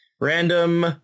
random